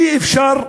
אי-אפשר,